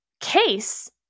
case